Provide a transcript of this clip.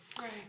Right